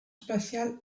spatiale